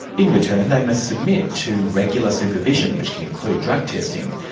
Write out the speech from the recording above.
in return they must submit to regular supervision, which can include drug testing,